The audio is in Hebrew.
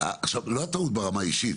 ברמה האישית,